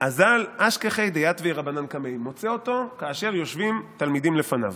"אזל אשכחיה דיתבי רבנן קמיה" ומוצא אותו כאשר יושבים תלמידים לפניו